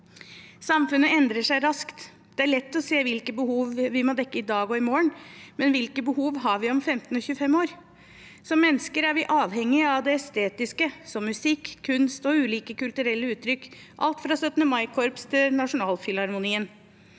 Samfunnet endrer seg raskt. Det er lett å se hvilke behov vi må dekke i dag og i morgen, men hvilke behov har vi om 15 og 25 år? Som mennesker er vi avhengig av det estetiske som musikk, kunst og ulike kulturelle uttrykk, alt fra 17. mai-korps til nasjonalfilharmonien.